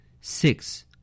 Six